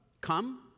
come